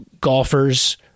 golfers